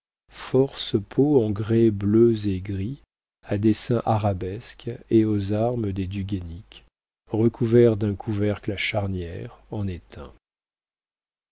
force pots en grès bleu et gris à dessins arabesques et aux armes des du guaisnic recouverts d'un couvercle à charnières en